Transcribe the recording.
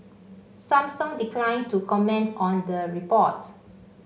Samsung declined to comment on the report